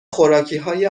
خوراکیهای